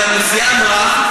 הנשיאה אמרה,